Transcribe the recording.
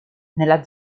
nella